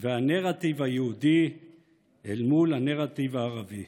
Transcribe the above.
והנרטיב היהודי אל מול הנרטיב הערבי.